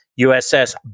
USS